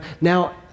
now